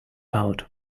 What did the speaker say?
out